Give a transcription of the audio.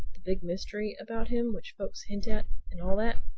the big mystery about him which folks hint at and all that?